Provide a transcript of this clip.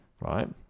Right